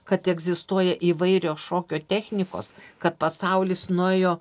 kad egzistuoja įvairios šokio technikos kad pasaulis nuėjo